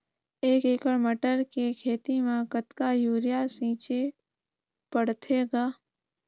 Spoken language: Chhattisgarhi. एक एकड़ मटर के खेती म कतका युरिया छीचे पढ़थे ग?